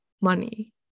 money